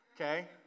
okay